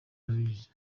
arabizi